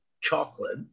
chocolate